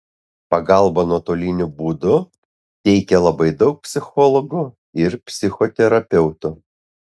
pagalbą nuotoliniu būdu teikia labai daug psichologų ir psichoterapeutų